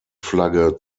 flagge